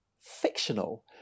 fictional